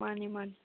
ꯃꯥꯅꯤ ꯃꯥꯅꯤ